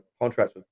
contracts